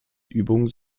übung